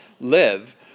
live